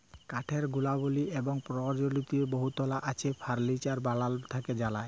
কাঠের গুলাবলি এবং পরয়োজলীয়তা বহুতলা আছে ফারলিচার বালাল থ্যাকে জাহাজ